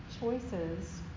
choices